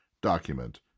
document